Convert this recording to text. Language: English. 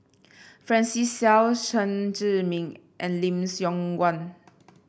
Francis Seow Chen Zhiming and Lim Siong Guan